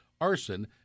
arson